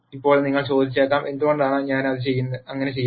ഇപ്പോൾ നിങ്ങൾ ചോദിച്ചേക്കാം എന്തുകൊണ്ടാണ് ഞാൻ അങ്ങനെ ചെയ്യുന്നത്